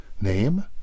name